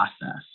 process